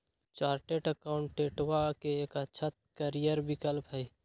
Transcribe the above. chartered अकाउंटेंटवा के एक अच्छा करियर विकल्प हई